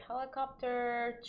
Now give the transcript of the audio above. helicopter